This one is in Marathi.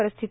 परिस्थिती